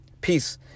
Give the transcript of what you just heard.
peace